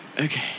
Okay